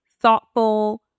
thoughtful